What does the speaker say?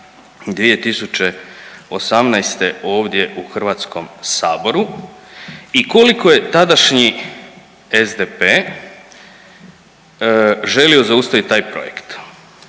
2018. ovdje u HS i koliko je tadašnji SDP želio zaustavit taj projekt.